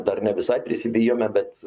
dar ne visai prisivijome bet